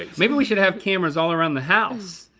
ah maybe we should have cameras all around the house?